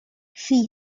she